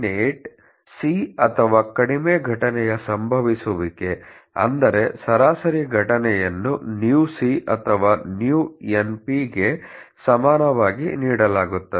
98 c ಅಥವಾ ಕಡಿಮೆ ಘಟನೆಯ ಸಂಭವಿಸುವಿಕೆ ಅಂದರೆ ಸರಾಸರಿ ಘಟನೆಯನ್ನು µc ಅಥವಾ µnp ಗೆ ಸಮಾನವಾಗಿ ನೀಡಲಾಗುತ್ತದೆ